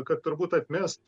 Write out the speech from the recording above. kad turbūt atmest